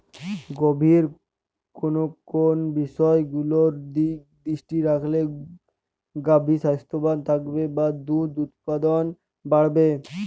গাভীর কোন কোন বিষয়গুলোর দিকে দৃষ্টি রাখলে গাভী স্বাস্থ্যবান থাকবে বা দুধ উৎপাদন বাড়বে?